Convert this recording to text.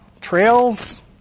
trails